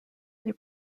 they